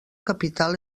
capital